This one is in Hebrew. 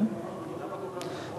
למה כל כך רחוק?